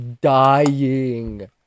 dying